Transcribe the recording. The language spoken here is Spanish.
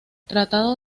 tratado